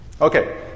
Okay